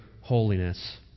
holiness